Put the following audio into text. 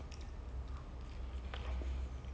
how to say I don't watch a lot a lot of tamil movies